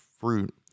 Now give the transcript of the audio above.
fruit